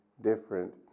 different